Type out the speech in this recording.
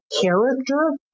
character